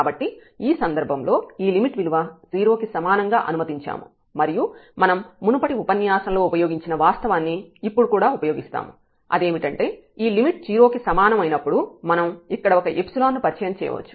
కాబట్టి ఈ సందర్భంలో ఈ లిమిట్ విలువ 0 కి సమానంగా అనుమతించాము మరియు మనం మునుపటి ఉపన్యాసంలో ఉపయోగించిన వాస్తవాన్ని ఇప్పుడు కూడా ఉపయోగిస్తాము అదేమిటంటే ఈ లిమిట్ 0 కి సమానం అయినప్పుడు మనం ఇక్కడ ఒక ను పరిచయం చేయవచ్చు